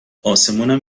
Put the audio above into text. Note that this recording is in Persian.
اسمونم